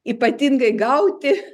ypatingai gauti